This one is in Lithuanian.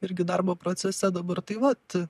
irgi darbo procese dabar tai vat